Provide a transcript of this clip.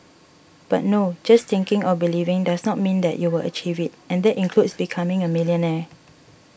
but no just thinking or believing does not mean that you will achieve it and that includes becoming a millionaire